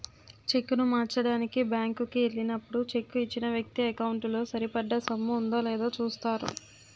చెక్కును మార్చడానికి బ్యాంకు కి ఎల్లినప్పుడు చెక్కు ఇచ్చిన వ్యక్తి ఎకౌంటు లో సరిపడా సొమ్ము ఉందో లేదో చూస్తారు